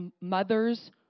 mother's